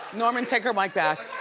norman, take her mike back.